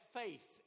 faith